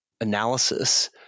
analysis